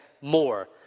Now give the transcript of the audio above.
more